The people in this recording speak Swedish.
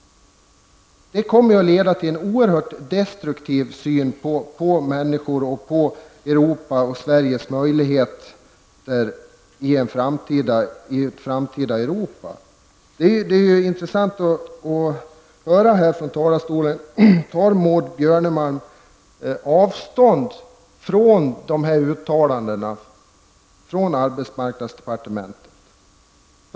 Det kommer ju att leda till en oerhört destruktiv syn på människor, på Europa och på Sveriges möjligheter i ett framtida Det är intressant att höra här från talarstolen: Tar Maud Björnemalm avstånd från de här uttalandena från arbetsmarknadsdepartementet?